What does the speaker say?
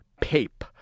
Pape